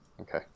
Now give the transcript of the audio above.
Okay